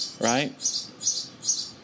right